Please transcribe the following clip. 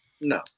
No